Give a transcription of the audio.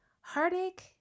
Heartache